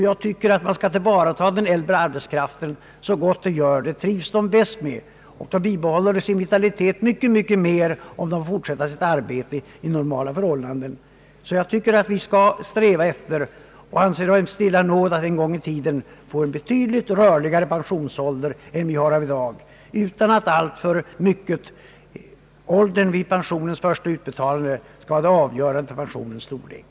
Jag tycker att den äldre arbetskraftens insatser skall tillvaratas så långt det går. De äldre trivs bäst med detta, och de bibehåller sin vitalitet mycket mer om de får fortsätta sitt arbete under normala förhållanden. Jag tycker alltså att vi bör sträva efter att genomföra en betydligt rörligare pensionsålder än som finns i dag och att åldern vid pensionens första utbetalande inte bör vara avgörande för pensionens storlek.